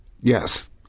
Yes